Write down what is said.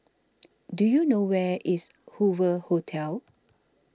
do you know where is Hoover Hotel